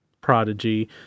Prodigy